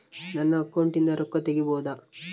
ನನ್ನ ಅಕೌಂಟಿಂದ ರೊಕ್ಕ ತಗಿಬಹುದಾ?